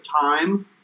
time